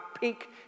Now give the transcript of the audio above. peak